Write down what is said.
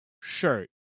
shirt